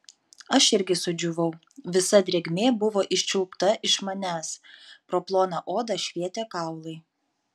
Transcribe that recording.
aš irgi sudžiūvau visa drėgmė buvo iščiulpta iš manęs pro ploną odą švietė kaulai